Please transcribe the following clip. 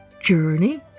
Journey